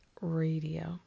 radio